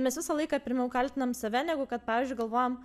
mes visą laiką pirmiau kaltinam save negu kad pavyzdžiui galvojam